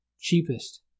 cheapest